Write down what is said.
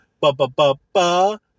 Ba-ba-ba-ba